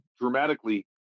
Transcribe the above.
dramatically